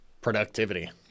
productivity